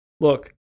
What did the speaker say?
Look